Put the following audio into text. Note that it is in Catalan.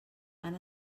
han